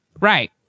right